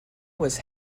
was